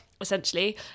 essentially